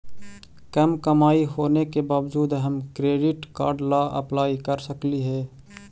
कम कमाई होने के बाबजूद हम क्रेडिट कार्ड ला अप्लाई कर सकली हे?